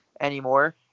anymore